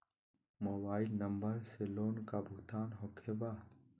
Mobile number से loan का भुगतान होखे बा?